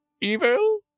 Evil